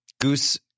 Goose